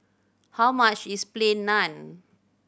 how much is Plain Naan